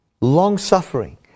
long-suffering